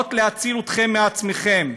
באות להציל אתכם מעצמכם.